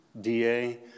DA